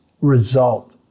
result